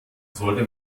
sollte